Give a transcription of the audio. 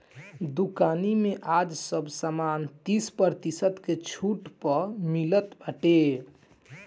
दुकानी में आज सब सामान तीस प्रतिशत के छुट पअ मिलत बाटे